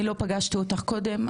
לא פגשתי אותך קודם,